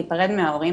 להיפרד מההורים,